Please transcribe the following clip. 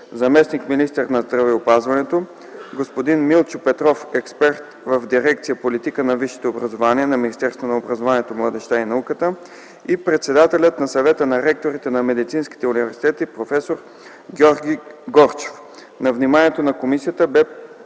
заместник-министър на здравеопазването, господин Милчо Петров – експерт в дирекция „Политика на висшето образование” на Министерството на образованието, младежта и науката и председателят на Съвета на ректорите на медицинските университети – проф. Георги Горчев. На вниманието на Комисията бяха